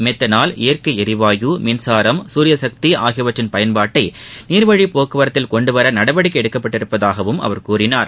methanol இயற்கை எரிவாயு மின்சாரம் சூரியசக்தி ஆகியவற்றின் பயன்பாட்டை நீர் வழிப் போக்குவரத்தில் கொண்டுவர நடவடிக்கை எடுக்கப்பட்டுள்ளதாகவும் அவர் கூறினார்